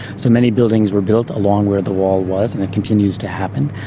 so many buildings were built along where the wall was and it continues to happen.